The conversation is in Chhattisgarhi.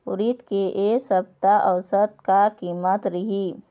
उरीद के ए सप्ता औसत का कीमत रिही?